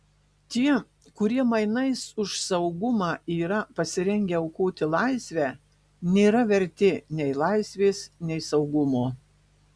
tie kurie mainais už saugumą yra pasirengę aukoti laisvę nėra verti nei laisvės nei saugumo